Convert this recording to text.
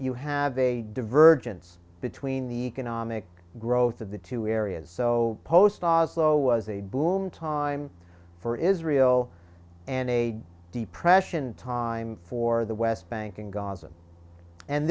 you have a divergence between the economic growth of the two areas so post oslo was a boom time for israel and a depression time for the west bank and g